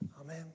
Amen